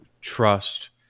trust